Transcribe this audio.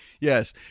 Yes